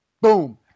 Boom